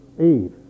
Eve